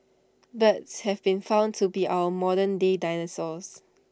birds have been found to be our modern day dinosaurs